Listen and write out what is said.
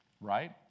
Right